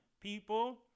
people